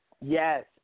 Yes